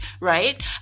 right